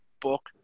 book